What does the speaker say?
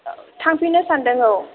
थांफिननो सानदों औ